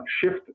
shift